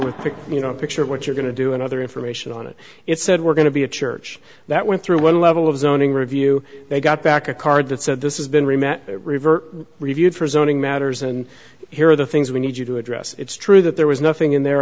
pick you know picture of what you're going to do and other information on it it said we're going to be a church that went through one level of zoning review they got back a card that said this is been rematch river reviewed for zoning matters and here are the things we need you to address it's true that there was nothing in there